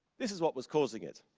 this is what was causing it.